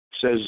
says